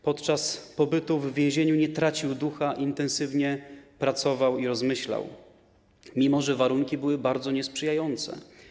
Podczas pobytu w więzieniu nie tracił ducha, intensywnie pracował i rozmyślał, mimo że warunki były bardzo niesprzyjające.